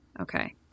Okay